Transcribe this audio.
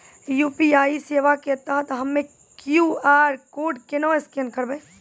UPI सेवा के तहत हम्मय क्यू.आर कोड केना स्कैन करबै?